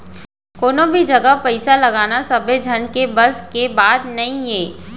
कोनो भी जघा पइसा लगाना सबे झन के बस के बात नइये